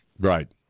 Right